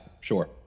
sure